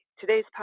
Today's